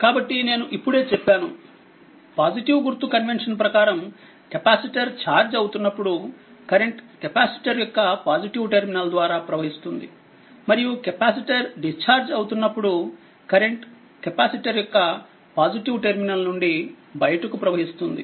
కాబట్టినేను ఇప్పుడేచెప్పాను పాజిటివ్ గుర్తు కన్వెన్షన్ ప్రకారం కెపాసిటర్ ఛార్జ్ అవుతున్నప్పుడు కరెంట్ కెపాసిటర్ యొక్క పాజిటివ్ టెర్మినల్ ద్వారా ప్రవహిస్తుంది మరియు కెపాసిటర్ డిశ్చార్జ్ అవుతున్నప్పుడు కరెంట్ కెపాసిటర్ యొక్క పాజిటివ్ టెర్మినల్ నుండి బయటకు ప్రవహిస్తుంది